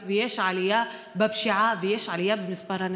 יש עלייה במספר השוטרים בחברה הערבית ויש